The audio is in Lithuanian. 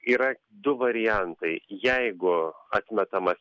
yra du variantai jeigu atmetamas